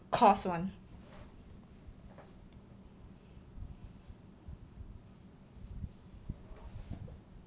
course [one]